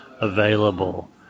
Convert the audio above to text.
available